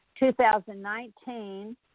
2019